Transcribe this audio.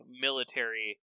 military